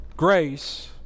Grace